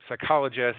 psychologist